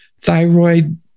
Thyroid